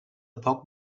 poc